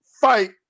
fight